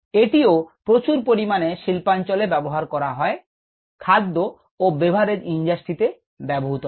এটিও প্রচুর পরিমাণে শিল্পাঞ্চলে ব্যবহার করা হয় খাদ্য ও বেভারেজ ইন্ডাস্ট্রিতে ব্যবহার করা হয়